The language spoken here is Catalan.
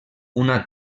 una